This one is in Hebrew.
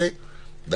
מה